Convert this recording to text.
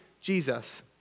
Jesus